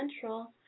Central